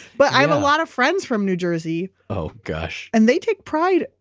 but i have a lot of friends from new jersey oh, gosh and they take pride.